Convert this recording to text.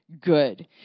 good